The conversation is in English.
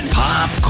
pop